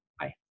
Hi